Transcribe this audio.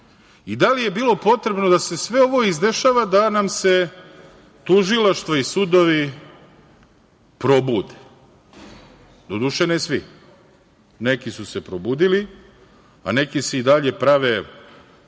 i da li je bilo potrebno da se sve ovo izdešava da nam se tužilaštvo i sudovi probude? Doduše, ne svi, neki su se probudili a neki se i dalje prave